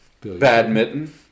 badminton